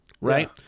right